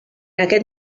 aquest